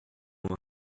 moi